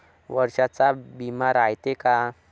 वर्षाचा बिमा रायते का?